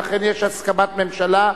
ולכן יש הסכמת הממשלה.